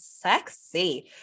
sexy